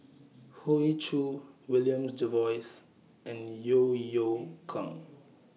Hoey Choo William Jervois and Yeo Yeow Kwang